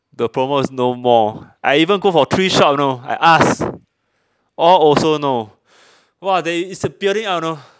the promo is no more I even go for three shops know I ask all also no !wah! they it's a building up you know